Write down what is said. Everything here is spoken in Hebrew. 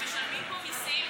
שמשלמים פה מיסים,